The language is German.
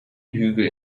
hügel